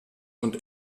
und